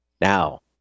now